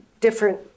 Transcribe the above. different